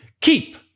Keep